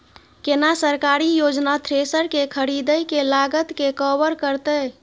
केना सरकारी योजना थ्रेसर के खरीदय के लागत के कवर करतय?